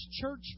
church